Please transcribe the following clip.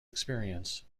experience